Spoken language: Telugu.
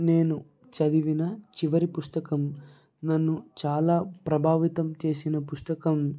నేను చదివిన చివరి పుస్తకం నన్ను చాలా ప్రభావితం చేసిన పుస్తకం